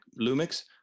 Lumix